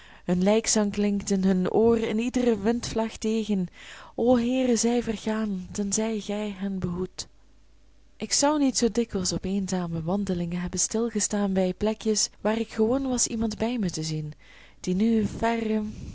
hun lijkzang klinkt hun oor in iedre windvlaag tegen o heere zij vergaan tenzij gij hen behoedt ik zou niet zoo dikwijls op eenzame wandelingen hebben stil gestaan bij plekjes waar ik gewoon was iemand bij mij te zien die nu verre